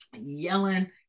yelling